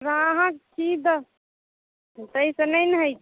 अहाँ की दर ताहि से नहि ने होइ छै